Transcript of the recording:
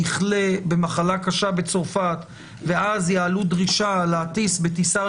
יחלה במחלה קשה בצרפת ואז יעלו דרישה להטיס בטיסה,